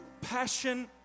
passion